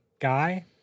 Guy